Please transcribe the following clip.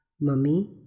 Mummy